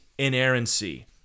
Inerrancy